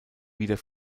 wieder